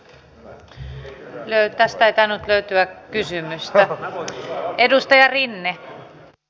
tästä ei tainnut löytyä kysymystä